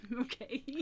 Okay